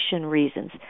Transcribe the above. reasons